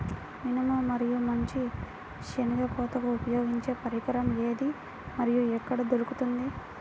మినుము మరియు మంచి శెనగ కోతకు ఉపయోగించే పరికరం ఏది మరియు ఎక్కడ దొరుకుతుంది?